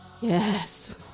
Yes